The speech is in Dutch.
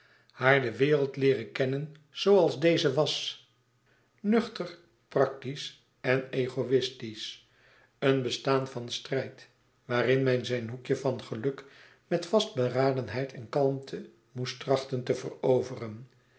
haar de wereld leeren kennen zooals deze was nuchter practisch en egoïstisch een bestaan van strijd waarin men zijn hoekje van geluk met vastberadenheid en kalmte moest trachten te veroveren